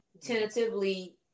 tentatively